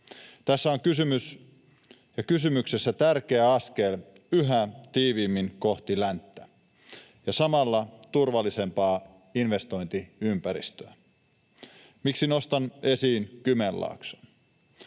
tässä on kysymyksessä tärkeä askel yhä tiiviimmin kohti länttä ja samalla turvallisempaa investointiympäristöä. Miksi nostan esiin Kymenlaakson?